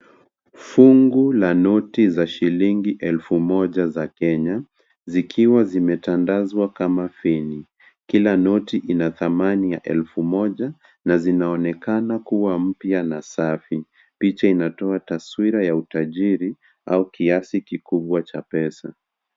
Fungu la noti za shilingi elfu moja za Kenya, zikiwa zimetandazwa kama feni . Kila noti ina thamani ya elfu moja na zinaonekana kuwa mpya na safi. Picha inatoa taswira ya utajiri au kiasi kikubwa cha pesa.